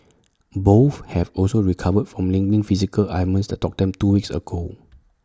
both have also recovered from niggling physical ailments that dogged them two weeks ago